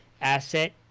asset